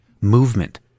movement